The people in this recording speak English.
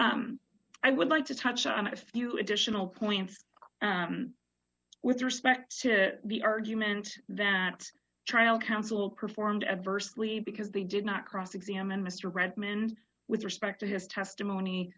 costin's i would like to touch on a few additional points with respect to the argument that trial counsel performed adversely because they did not cross examine mr redmond with respect to his testimony